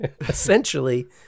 Essentially